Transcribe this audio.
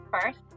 First